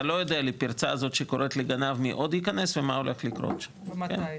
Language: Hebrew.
כמו פרצה שקוראת לגנב להיכנס אתה לא יכול לדעת מה הולך לקרות שם ומתי.